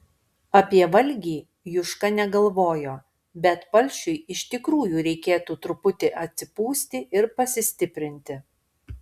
apie valgį juška negalvojo bet palšiui iš tikrųjų reikėtų truputį atsipūsti ir pasistiprinti